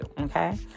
Okay